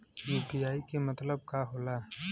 UPI के मतलब का होला?